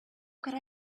could